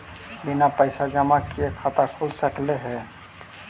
बिना पैसा जमा किए खाता खुल सक है?